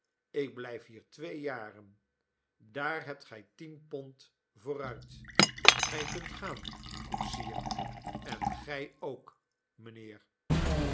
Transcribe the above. ik blijf hier twee jaren daar hebt gij tien pond vooruit gij kunt gaan koetsier en gij ook mijnheer